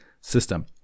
system